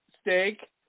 steak